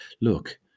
Look